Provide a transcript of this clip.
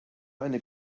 eine